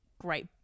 great